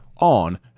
on